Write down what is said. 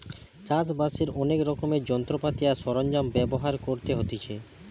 চাষ বাসের অনেক রকমের যন্ত্রপাতি আর সরঞ্জাম ব্যবহার করতে হতিছে